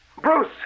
Bruce